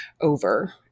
over